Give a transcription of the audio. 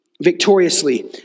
victoriously